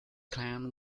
clan